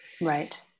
right